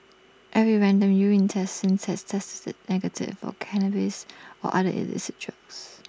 every random urine test since has tested negative for cannabis or other illicit drugs